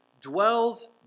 dwells